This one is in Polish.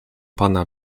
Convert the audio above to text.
pana